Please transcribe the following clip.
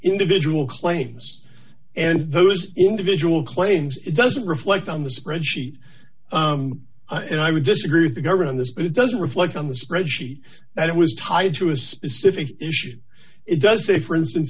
individual claims and those individual claims it doesn't reflect on the spreadsheet and i would disagree with the government in this but it doesn't reflect on the spreadsheet that it was tied to a specific issue it does say for instance